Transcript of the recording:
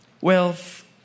Wealth